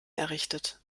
errichtet